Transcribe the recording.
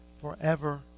forever